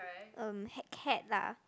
um hat cap lah